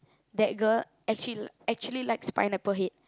that girl actually actually likes Pineapple Head